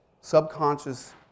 subconscious